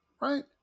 Right